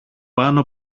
πάνω